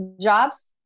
jobs